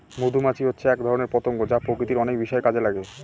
মধুমাছি হচ্ছে এক ধরনের পতঙ্গ যা প্রকৃতির অনেক বিষয়ে কাজে লাগে